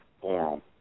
forum